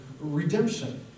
Redemption